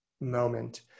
moment